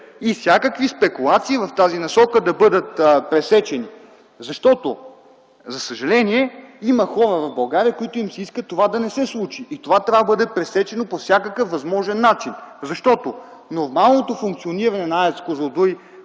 и всякакви спекулации в тази насока да бъдат пресечени, защото, за съжаление в България има хора, на които им се иска това да не се случи. Това трябва да бъде пресечено по всякакъв възможен начин, защото нормалното функциониране на АЕЦ „Козлодуй”